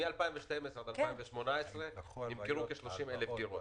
מ-2012 עד 2018 נמכרו כ-30,000 דירות